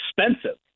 expensive